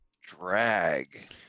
drag